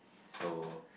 so